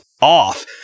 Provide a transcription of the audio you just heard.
off